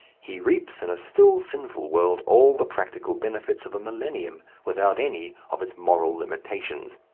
he reaps in a still sinful world all the practical benefits of a millennium without any of its moral limitations.